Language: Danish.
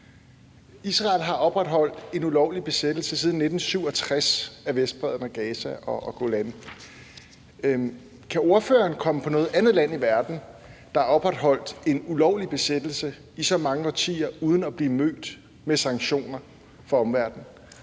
Israel har opretholdt en ulovlig besættelse af Vestbredden, Gaza og Golan siden 1967. Kan ordføreren komme på noget andet land i verden, der har opretholdt en ulovlig besættelse i så mange årtier uden at blive mødt med sanktioner fra omverdenen?